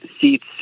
seats